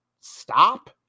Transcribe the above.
stop